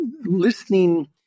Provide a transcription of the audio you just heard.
listening